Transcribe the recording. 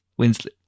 Winslet